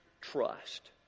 trust